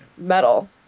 metal